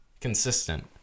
consistent